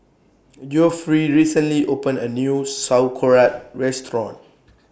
Geoffrey recently opened A New Sauerkraut Restaurant